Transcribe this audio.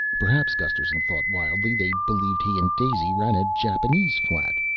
perhaps, gusterson thought wildly, they believed he and daisy ran a japanese flat.